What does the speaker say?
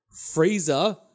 Freezer